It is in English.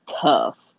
tough